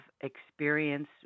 experience